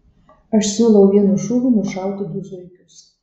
aš siūlau vienu šūviu nušauti du zuikius